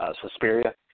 Suspiria